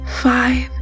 five